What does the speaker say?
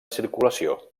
circulació